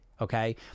okay